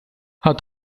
her